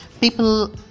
People